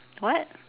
what